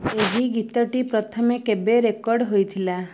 ଏହି ଗୀତଟି ପ୍ରଥମେ କେବେ ରେକର୍ଡ଼୍ ହୋଇଥିଲା